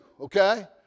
okay